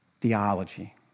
theology